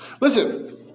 Listen